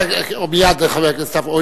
מייד, חבר הכנסת עפו.